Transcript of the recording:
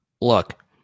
Look